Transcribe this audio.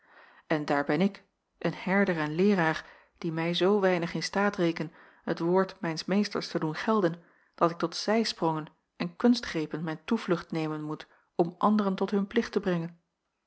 en daar ben ik een herder en leeraar die mij zoo weinig in staat reken het woord mijns meesters te doen gelden dat ik tot zijsprongen en kunstgrepen mijn toevlucht nemen moet om anderen tot hun plicht te brengen